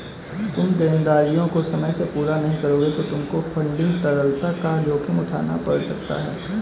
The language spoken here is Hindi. तुम देनदारियों को समय से पूरा नहीं करोगे तो तुमको फंडिंग तरलता का जोखिम उठाना पड़ सकता है